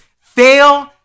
fail